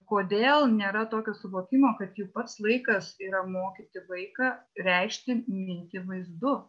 kodėl nėra tokio suvokimo kad jau pats laikas yra mokyti vaiką reikšti mintį vaizdu